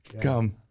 Come